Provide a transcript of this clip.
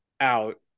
out